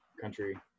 country